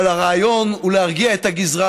אבל הרעיון הוא להרגיע את הגזרה,